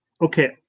okay